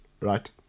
right